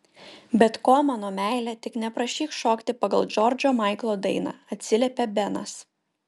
bet ko mano meile tik neprašyk šokti pagal džordžo maiklo dainą atsiliepė benas